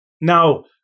now